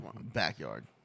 backyard